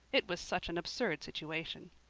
it was such an absurd situation.